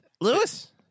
Lewis